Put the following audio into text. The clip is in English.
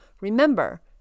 remember